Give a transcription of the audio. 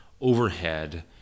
overhead